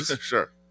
Sure